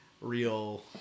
real